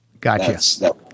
Gotcha